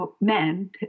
men